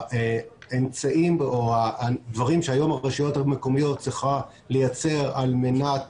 האמצעים או הדברים שהיום הרשויות המקומיות צריכות לייצר על מנת